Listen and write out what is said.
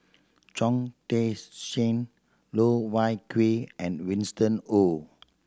Chong Tze Chien Loh Wai Kiew and Winston Oh